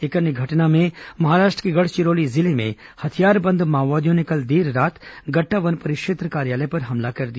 एक अन्य घटना में महाराष्ट्र के गढ़चिरौली जिले में हथियारबंद माओवादियों ने कल देर रात गट्टा वन परिक्षेत्र कार्यालय पर हमला कर दिया